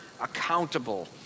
accountable